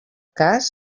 cas